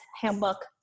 handbook